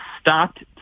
stopped